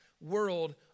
world